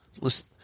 Listen